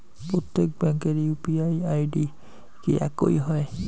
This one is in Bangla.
প্রত্যেক ব্যাংকের ইউ.পি.আই আই.ডি কি একই হয়?